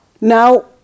Now